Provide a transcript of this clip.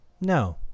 No